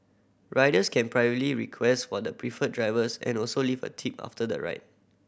riders can privately request for the preferred drivers and also leave a tip after the ride